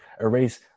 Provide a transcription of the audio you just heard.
erase